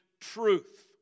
truth